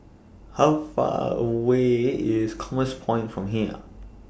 How Far away IS Commerce Point from here